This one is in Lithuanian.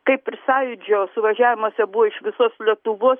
kaip ir sąjūdžio suvažiavimuose buvo iš visos lietuvos